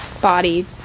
body